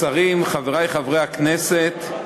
השרים, חברי חברי הכנסת,